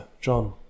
John